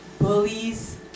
bullies